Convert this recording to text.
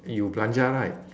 eh you belanja right